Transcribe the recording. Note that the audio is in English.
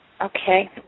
Okay